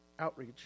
outreach